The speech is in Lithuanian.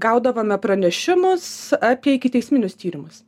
gaudavome pranešimus apie ikiteisminius tyrimus